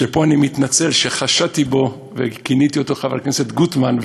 פה אני מתנצל שחשדתי בו וכיניתי אותו חבר הכנסת גוטמן,